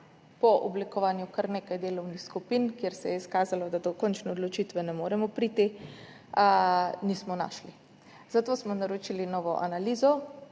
po oblikovanju kar nekaj delovnih skupin, kjer se je izkazalo, da do končne odločitve ne moremo priti, nismo našli, zato smo naročili novo analizo.